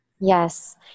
Yes